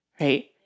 right